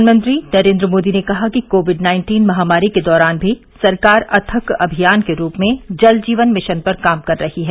प्रधानमंत्री नरेन्द्र मोदी ने कहा कि कोविड नाइन्टीन महामारी के दौरान भी सरकार अथक अभियान के रूप में जल जीवन मिशन पर काम कर रही है